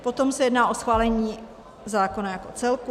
Potom se jedná o schválení zákona jako celku.